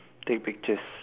take pictures